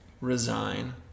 resign